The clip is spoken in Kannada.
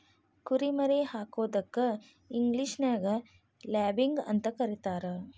ಕುರಿ ಮರಿ ಹಾಕೋದಕ್ಕ ಇಂಗ್ಲೇಷನ್ಯಾಗ ಲ್ಯಾಬಿಂಗ್ ಅಂತ ಕರೇತಾರ